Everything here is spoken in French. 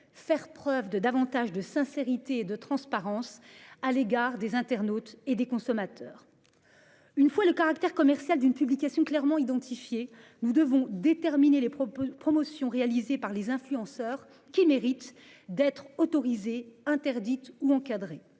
faire preuve de davantage de sincérité et de transparence à l'égard des internautes et des consommateurs. Une fois le caractère commercial d'une publication clairement identifiés. Nous devons déterminer les propos promotion réalisées par les influenceurs qui mérite d'être autorisé interdite ou encadrer